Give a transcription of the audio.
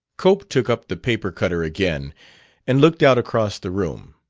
cope took up the paper-cutter again and looked out across the room.